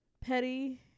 petty